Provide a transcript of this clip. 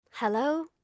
Hello